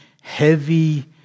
heavy